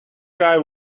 guy